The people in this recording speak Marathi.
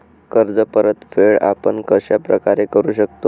कर्ज परतफेड आपण कश्या प्रकारे करु शकतो?